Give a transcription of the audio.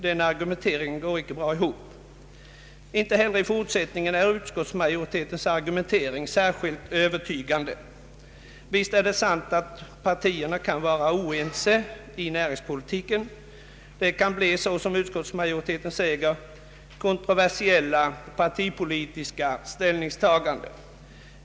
Den argumenteringen går inte bra ihop. Inte heller i fortsättningen är utskottsmajoritetens argumentering särskilt övertygande. Visst är det sant att partierna kan vara oense om näringspolitiken. Det kan bli, som utskottsmajoriteten säger, kontroversiella partipolitiska ställningstaganden.